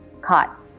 caught